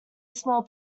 small